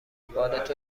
بالت